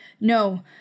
No